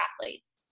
athletes